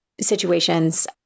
situations